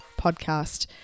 podcast